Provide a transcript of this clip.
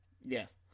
Yes